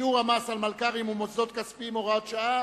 (שיעור המס על מלכ"רים ומוסדות כספיים) (הוראת שעה),